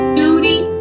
duty